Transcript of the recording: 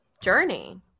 journey